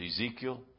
Ezekiel